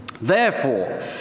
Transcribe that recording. Therefore